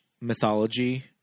mythology